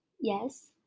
yes